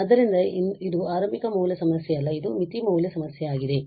ಆದ್ದರಿಂದ ಇದು ಆರಂಭಿಕ ಮೌಲ್ಯ ಸಮಸ್ಯೆಯಲ್ಲ ಇದು ಮಿತಿ ಮೌಲ್ಯ ಸಮಸ್ಯೆಯಾಗಿದೆ